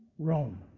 Rome